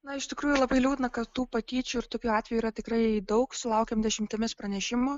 na iš tikrųjų labai liūdna kad tų patyčių ir tokių atvejų yra tikrai daug sulaukiam dešimtimis pranešimų